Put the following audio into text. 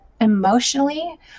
emotionally